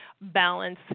balance